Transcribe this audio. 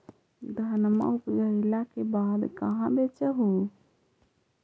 धनमा उपजाईला के बाद कहाँ बेच हू?